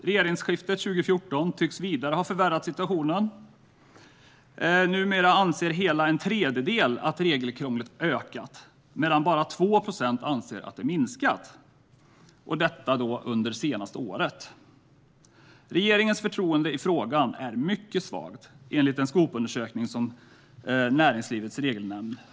Regeringsskiftet 2014 tycks ha förvärrat situationen ytterligare. Numera anser så många som en tredjedel att regelkrånglet ökat, medan bara 2 procent anser att det har minskat, detta under det senaste året. Förtroendet för regeringen i den här frågan är mycket svagt, enligt en Skopundersökning beställd av Näringslivets Regelnämnd.